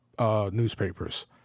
Newspapers